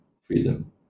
freedom